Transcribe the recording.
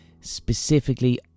Specifically